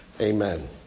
Amen